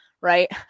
Right